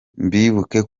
mwibuke